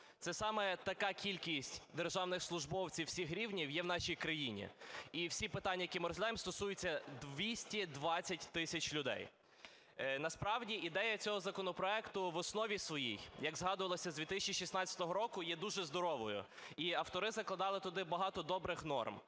це саме така кількість державних службовців всіх рівнів є в нашій країні. І всі питання, які ми розглядаємо, стосуються 220 тисяч людей. Насправді ідея цього законопроекту в основі своїй, як згадувалось, з 2016 року є дуже здоровою. І автори закладали туди багато добрих норм,